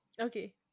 Okay